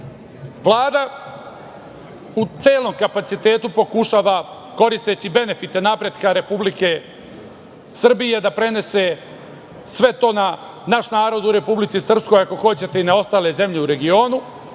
Vlada u celom kapacitetu pokušava, koristeći benefite napretka Republike Srbije, da prenese sve to na naš narod u Republici Srpskoj, ako hoćete i na ostale zemlje u regionu,